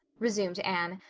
resumed anne,